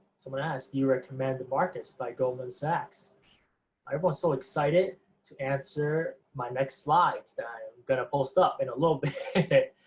someone asked, do you recommend the markets by goldman sachs everyone's so excited to answer my next slides that i am gonna post up in a little bit.